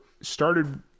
started